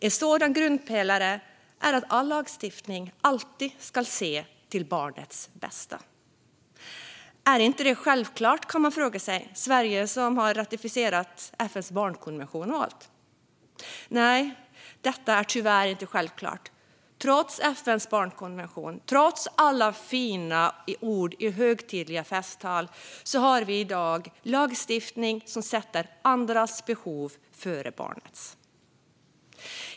En sådan grundpelare är att all lagstiftning alltid ska se till barnets bästa. Är inte det självklart, kan man fråga sig. Sverige har ju ratificerat FN:s barnkonvention. Nej, detta är tyvärr inte självklart. Trots FN:s barnkonvention och trots alla fina ord i högtidliga festtal har vi i dag lagstiftning som sätter andras behov före barnets.